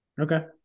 Okay